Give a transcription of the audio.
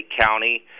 County